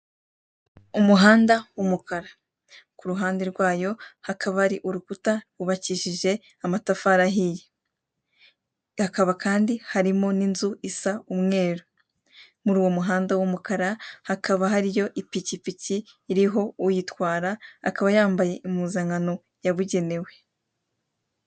Umuhanda w'umukara, kuruhande rwayo hakaba hari urukuta rwubakishije amatafari ahiye hakaba kandi harimo n'inzu isa umweru muri uwo muhanda w'umukara hakaba hariyo ipikipiki ariho uyitwara akaba yambaye imyambaro yabugenewe.